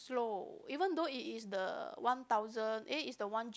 slow even though it is the one thousand eh is the one G